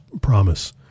promise